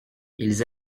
ils